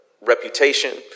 reputation